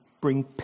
bring